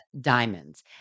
diamonds